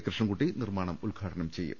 കൃഷ്ണൻകുട്ടി നിർമാണം ഉദ്ഘാടനം ചെയ്യും